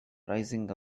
rising